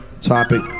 topic